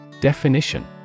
Definition